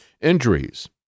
Injuries